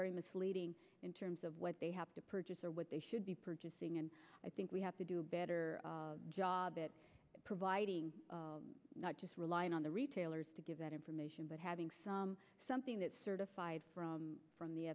very misleading in terms of what they have to purchase or what they should be purchasing and i think we have to do a better job at providing not just relying on the retailers to give that information but having some something that certified from